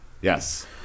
yes